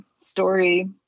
story